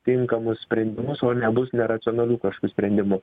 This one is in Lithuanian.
tinkamus sprendimus o ne bus neracionalių kažkokių sprendimų